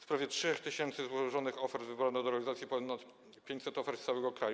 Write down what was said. Z prawie 3 tys. złożonych ofert wybrano do realizacji ponad 500 ofert z całego kraju.